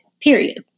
Period